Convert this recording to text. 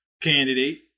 candidate